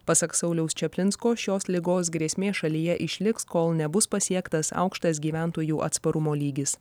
pasak sauliaus čaplinsko šios ligos grėsmė šalyje išliks kol nebus pasiektas aukštas gyventojų atsparumo lygis